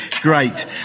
great